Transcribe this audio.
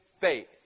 faith